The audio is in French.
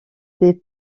des